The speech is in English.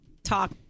talk